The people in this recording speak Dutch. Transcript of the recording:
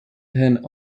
hen